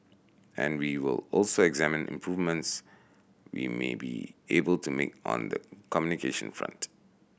and we will also examine improvements we may be able to make on the communication front